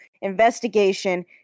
investigation